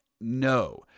No